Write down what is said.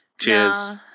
Cheers